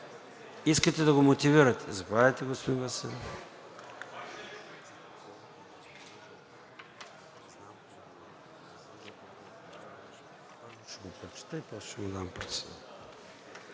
искате да го мотивирате. Заповядайте, господин Василев.